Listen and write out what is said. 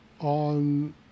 on